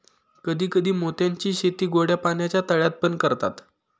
कधी कधी मोत्यांची शेती गोड्या पाण्याच्या तळ्यात पण करतात